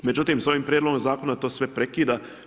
Međutim, sa ovim prijedlogom zakona to sve prekida.